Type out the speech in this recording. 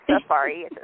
safari